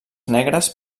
negres